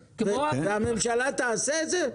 והממשלה תעשה את זה?